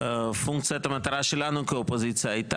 פונקציית המטרה שלנו כאופוזיציה הייתה